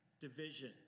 division